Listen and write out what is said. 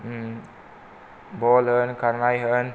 बल होन खारनाय होन